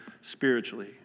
spiritually